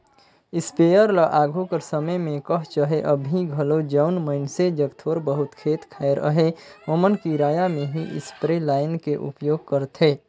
sprayer ल आघु कर समे में कह चहे अभीं घलो जउन मइनसे जग थोर बहुत खेत खाएर अहे ओमन किराया में ही इस्परे लाएन के उपयोग करथे